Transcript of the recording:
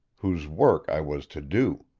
whose work i was to do.